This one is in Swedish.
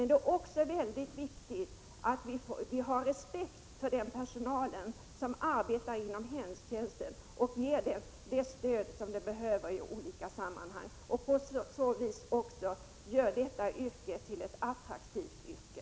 Det är viktigt att vi visar respekt för den personal som arbetar inom hemtjänsten, ger den det stöd som den behöver och på så vis gör yrket inom hemtjänsten till ett attraktivt yrke.